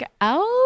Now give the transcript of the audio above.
out